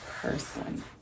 person